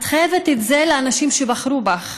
את חייבת את זה לאנשים שבחרו בך.